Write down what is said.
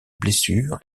blessures